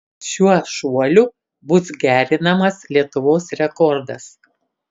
šiuo šuoliu bus gerinamas lietuvos rekordas